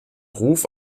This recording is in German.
ruf